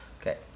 Okay